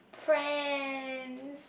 Friends